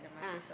ah